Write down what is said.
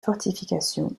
fortifications